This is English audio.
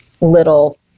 little